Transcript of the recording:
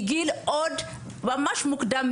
מגיל מוקדם,